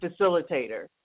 facilitator